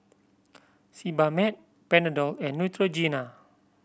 Sebamed Panadol and Neutrogena